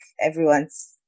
everyone's